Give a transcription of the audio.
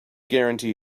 guarantee